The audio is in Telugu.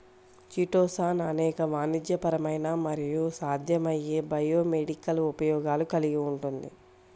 చిటోసాన్ అనేక వాణిజ్యపరమైన మరియు సాధ్యమయ్యే బయోమెడికల్ ఉపయోగాలు కలిగి ఉంటుంది